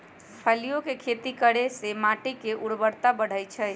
फलियों के खेती करे से माटी के ऊर्वरता बढ़ई छई